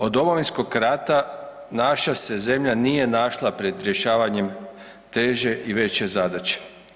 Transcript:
Od Domovinskog rata naša se zemlja nije našla pred rješavanjem teže i veće zadaće.